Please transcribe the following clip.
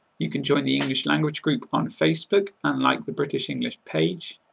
you can join the english language group on facebook and like the british english page.